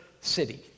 city